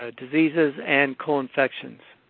ah diseases, and co-infections.